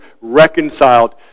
reconciled